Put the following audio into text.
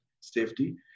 safety